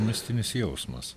mistinis jausmas